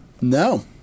No